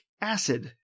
acid